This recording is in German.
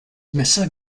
messer